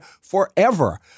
forever